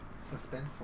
suspenseful